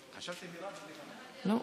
חשבתי שמרב, לא.